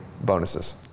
bonuses